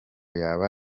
yaba